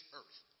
earth